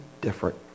different